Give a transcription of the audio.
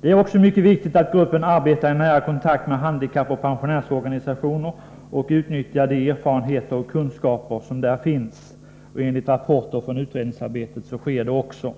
Det är också mycket viktigt att gruppen arbetar i nära kontakt med handikappoch pensionärsorganisationerna och utnyttjar de erfarenheter och kunskaper som där finns. Enligt rapport från utredningsarbetet så sker detta också.